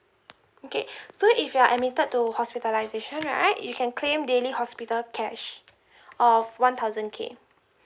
okay so if you are admitted to hospitalisation right you can claim daily hospital cash of one thousand K